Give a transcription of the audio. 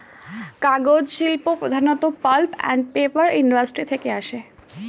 কাগজ শিল্প প্রধানত পাল্প অ্যান্ড পেপার ইন্ডাস্ট্রি থেকে আসে